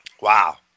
Wow